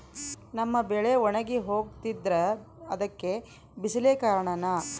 ನಮ್ಮ ಬೆಳೆ ಒಣಗಿ ಹೋಗ್ತಿದ್ರ ಅದ್ಕೆ ಬಿಸಿಲೆ ಕಾರಣನ?